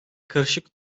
karışık